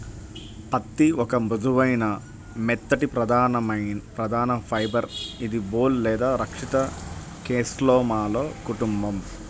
పత్తిఒక మృదువైన, మెత్తటిప్రధానఫైబర్ఇదిబోల్ లేదా రక్షిత కేస్లోమాలో కుటుంబం